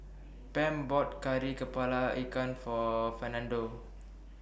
Pam bought Kari Kepala Ikan For Fernando